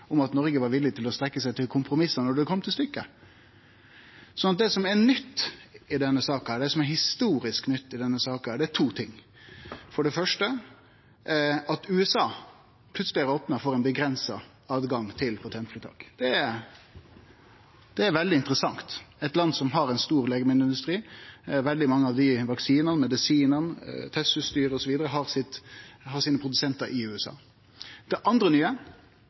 villig til å strekkje seg til kompromiss når det kom til stykket. Det som er historisk nytt i denne saka, er to ting: For det første har USA plutseleg opna for ein avgrensa tilgang til patentfritak. Det er veldig interessant frå eit land som har ein stor legemiddelindustri. Veldig mange av desse vaksinane, medisinane og testutstyret osv. har produsentane sine i USA. Det andre nye